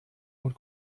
und